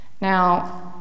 Now